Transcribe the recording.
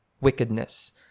wickedness